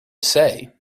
say